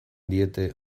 diete